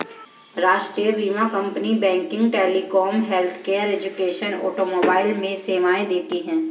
राष्ट्रीय बीमा company banking, telecom, healthcare, education, automobile में सेवाएं देती है